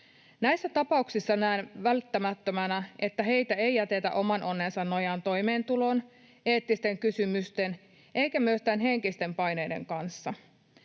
Näissä tapauksissa näen välttämättömänä, että heitä ei jätetä oman onnensa nojaan toimeentulon, eettisten kysymysten eikä myöskään henkisten paineiden kanssa.